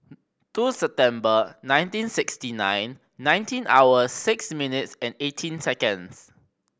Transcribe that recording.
two September nineteen sixty nine nineteen hours six minutes and eighteen seconds